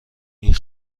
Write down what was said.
این